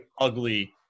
ugly